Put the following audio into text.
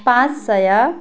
पाँच सय